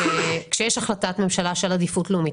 כאשר יש החלטת ממשלה של עדיפות לאומית,